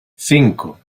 cinco